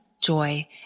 joy